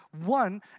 One